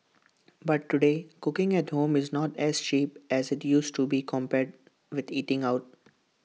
but today cooking at home is not as cheap as IT used to be compared with eating out